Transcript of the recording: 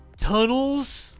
tunnels